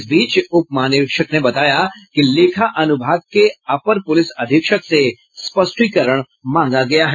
इस बीच उप महानिरीक्षक ने बताया कि लेखा अनुभाग के अपर पुलिस अधीक्षक से स्पष्टीकरण मांगा गया है